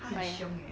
but ya